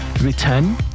return